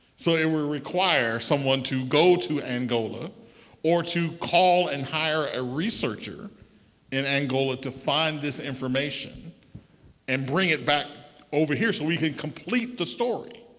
so it would require someone to go to angola or to call and hire a researcher in angola to find this information and bring it back over here so we can complete the story.